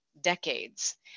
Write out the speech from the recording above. decades